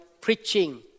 preaching